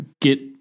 get